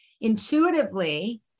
intuitively